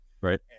right